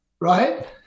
right